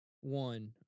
one